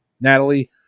Natalie